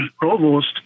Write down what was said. Provost